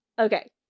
okay